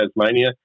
Tasmania